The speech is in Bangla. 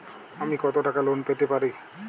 আমি কত টাকা লোন পেতে পারি?